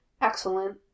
Excellent